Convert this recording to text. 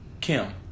Kim